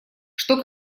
что